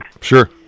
Sure